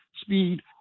speed